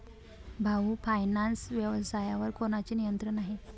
भाऊ फायनान्स व्यवसायावर कोणाचे नियंत्रण आहे?